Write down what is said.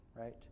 right